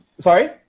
Sorry